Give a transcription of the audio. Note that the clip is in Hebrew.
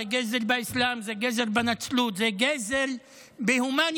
זה גזל באסלאם, זה גזל בנצרות, זה גזל בהומניות.